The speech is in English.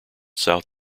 south